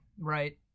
right